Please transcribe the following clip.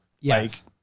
Yes